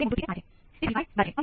તેને પ્રથમ ક્રમ કહેવામાં આવે છે